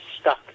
stuck